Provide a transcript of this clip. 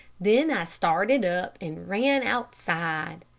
then i started up and ran outside.